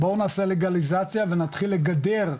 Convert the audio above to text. בואו נעשה לגליזציה ונתחיל לגדר,